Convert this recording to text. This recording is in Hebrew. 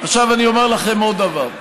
עכשיו אני אומר לכם עוד דבר: